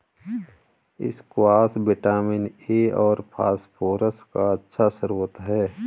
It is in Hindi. स्क्वाश विटामिन ए और फस्फोरस का अच्छा श्रोत है